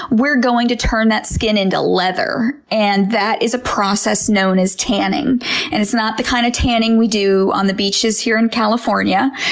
we're going to turn that skin into leather. and that is a process known as tanning and it's not the kind of tanning we do on the beaches here in california.